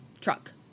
Truck